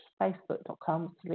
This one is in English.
facebook.com